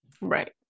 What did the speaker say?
Right